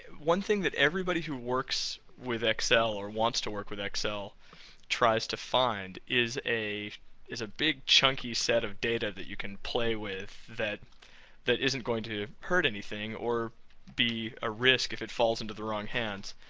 one thing that everybody who works with excel or wants to work with excel tries to find is a is a big, chunky set of data you can play with that that isn't going to hurt anything or be a risk if it falls into the wrong hands.